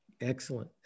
Excellent